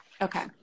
Okay